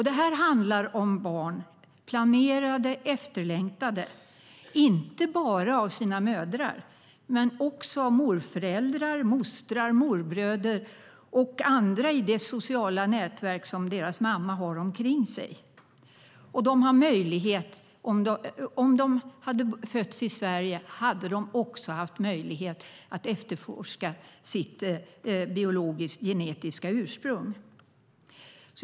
Detta handlar om barn som är planerade och efterlängtade, inte bara av sina mödrar utan också av morföräldrar, mostrar, morbröder och andra i det sociala nätverk som deras mamma har omkring sig. Om de hade fötts i Sverige hade de också haft möjlighet att efterforska sitt biologisk-genetiska ursprung.